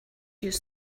use